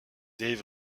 dave